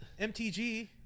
MTG